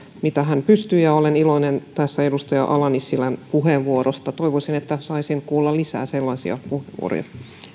mitä hän pystyy ja olen tässä iloinen edustaja ala nissilän puheenvuorosta toivoisin että saisin kuulla lisää sellaisia puheenvuoroja